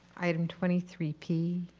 item twenty three p.